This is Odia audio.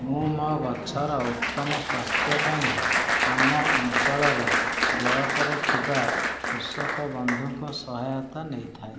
ମୁଁ ମୋ' ଗଛର ଉତ୍ତମ ସ୍ୱାସ୍ଥ୍ୟ ପାଇଁ ଆମ ଅଞ୍ଚଳରେ ବ୍ଲକ୍ରେ ଥିବା କୃଷକ ବନ୍ଧୁଙ୍କ ସହାୟତା ନେଇଥାଏ